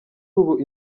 ubu